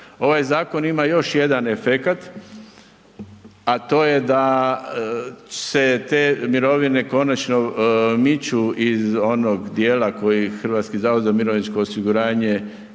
Ovaj zakon ima još jedan efekat, a to je da se te mirovine konačno miču iz onog dijela koji HZMO posebno iskazuje,